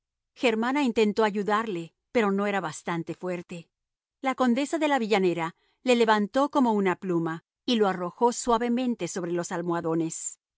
germana intentó ayudarle pero no era bastante fuerte la condesa de la villanera le levantó como una pluma y lo arrojó suavemente sobre los almohadones